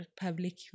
Public